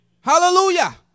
Hallelujah